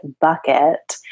bucket